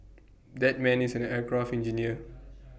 that man is an aircraft engineer